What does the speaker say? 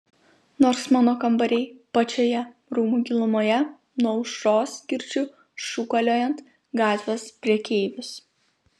nors mano kambariai pačioje rūmų gilumoje nuo aušros girdžiu šūkaliojant gatvės prekeivius